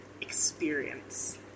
experience